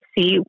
see